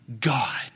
God